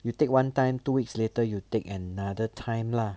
you take one time two weeks later you take another time lah